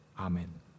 Amen